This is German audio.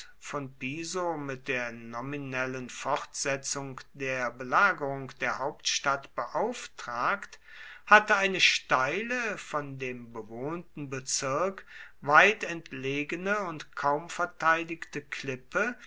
von piso mit der nominellen fortsetzung der belagerung der hauptstadt beauftragt hatte eine steile von dem bewohnten bezirk weit entlegene und kaum verteidigte klippe